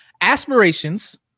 Aspirations